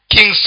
King